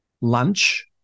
lunch